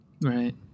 Right